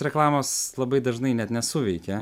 reklamos labai dažnai net nesuveikia